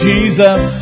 Jesus